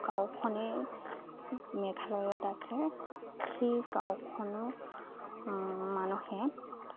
গাঁওখনেই মেঘালয়ত আছে সেই গাঁওখনো মানুহে